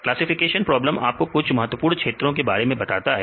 classification problem आपको कुछ महत्वपूर्ण क्षेत्रों के बारे में बताता है